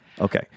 Okay